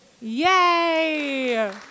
Yay